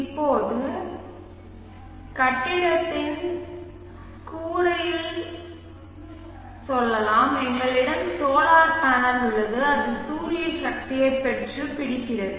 இப்போது கட்டிடத்தின் கூரையில் சொல்லலாம் எங்களிடம் சோலார் பேனல் உள்ளது அது சூரிய சக்தியைப் பெற்றுப் பிடிக்கிறது